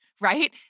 right